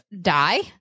die